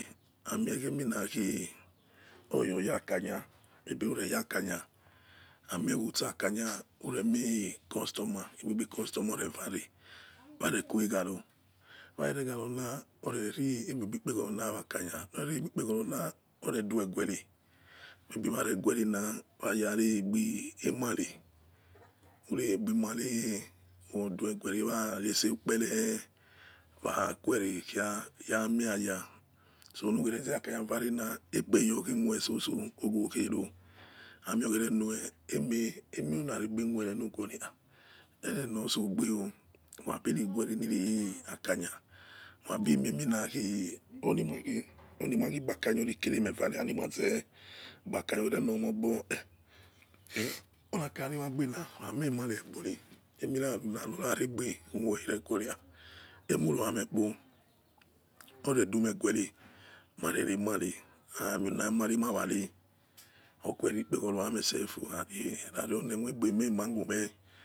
Anie khemi naki oyoyakamya egbe nureyakanya amiekusa kanya uremi customa egbebi customer orevare wareque garo wakhe regharona oreregbebi'kpegoro na wonakamyi nory egebikpegorona na oredueguery abiwari guery na wayaregbebi emary uregbebiemary oduweguery wara sekpere waguery kia yamiya so nukhere zakanya vare emina egbe yokhemoisoso owokhero amie okere nue eme emerunaregbe mu ugure ha herena otsogbe o wabiriguere niyikania mabimi akanya onimagi gbakanya okereme wary wanimaze obakanye orenobimiogbo onakhanya niwa gbena wamemi regbori emiraruna roraregbe novo iyoni emuromekpo oredumeguere mareremary amiu namary marare okue rikpeghoro yame selfu and onemo egbemena mune.